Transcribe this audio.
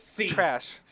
trash